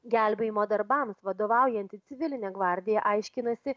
gelbėjimo darbams vadovaujanti civilinė gvardija aiškinasi